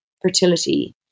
fertility